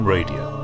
Radio